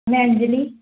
ਮੈਂ ਅੰਜਲੀ